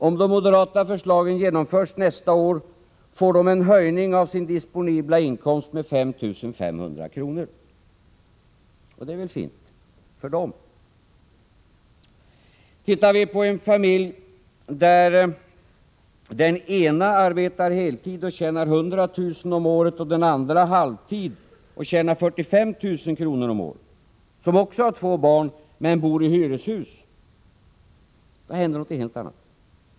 Om de moderata förslagen genomförs nästa år får denna familj en höjning av sin disponibla inkomst med 5 500 kr., och det är ju fint — för den familjen. Vårt andra exempel gäller en familj där den ena maken arbetar heltid och tjänar 100 000 kr. om året och den andra arbetar halvtid och tjänar 45 000 om året. Den familjen har också två barn men bor i hyreshus. Där händer någonting helt annat.